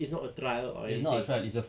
is not a trial or anything